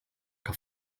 que